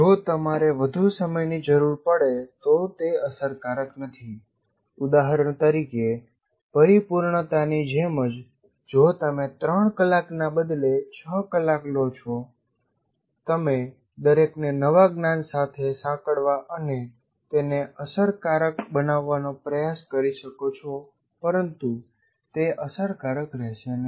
જો તમારે વધુ સમયની જરૂર પડે તો તે અસરકારક નથી ઉદાહરણ તરીકે પરિપૂર્ણતા ની જેમ જ જો તમે ૩કલાક ના બદલે ૬ કલાક લો છો તમે દરેકને નવા જ્ઞાન સાથે સાંકળવા અને તેને અસરકારક બનાવવાનો પ્રયાસ કરી શકો છો પરંતુ તે અસરકારક રહેશે નહીં